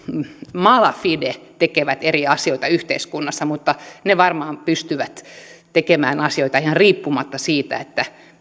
mala fide tekevät eri asioita yhteiskunnassa mutta he varmaan pystyvät tekemään asioita ihan riippumatta siitä